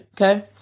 Okay